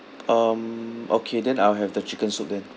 um okay then I'll have the chicken soup then